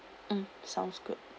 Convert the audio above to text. mm sounds good